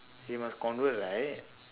she must convert right